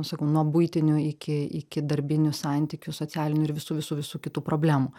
sakau nuo buitinių iki iki darbinių santykių socialinių ir visų visų visų kitų problemų